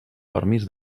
permís